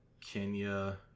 Kenya